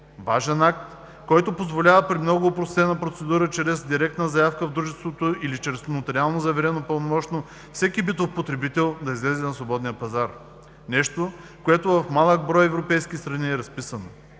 важен акт, който позволява при много опростена процедура чрез директна заявка в дружеството или чрез нотариално заверено пълномощно всеки битов потребител да излезе на свободния пазар, нещо, което в малък брой европейски страни е разписано.